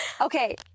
Okay